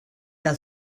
del